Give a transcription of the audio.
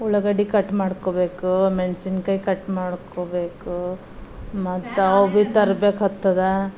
ಉಳ್ಳಾಗಡ್ಡಿ ಕಟ್ ಮಾಡ್ಕೋಬೇಕು ಮೆಣಸನ್ಕಾಯಿ ಕಟ್ ಮಾಡ್ಕೋಬೇಕು ಮತ್ತು ಅವು ಭೀ ತರ್ಬೇಕಾತ್ತದ